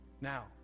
Now